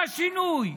מה שינוי?